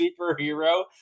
superhero